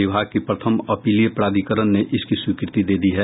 विभाग की प्रथम अपीलीय प्राधिकरण ने इसकी स्वीकृति दे दी है